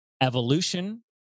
evolution